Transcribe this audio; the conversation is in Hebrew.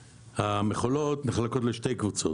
המכולות נחלקות לשתי קבוצות: